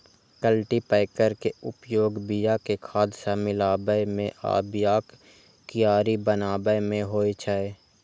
cultipacker के उपयोग बिया कें खाद सं मिलाबै मे आ बियाक कियारी बनाबै मे होइ छै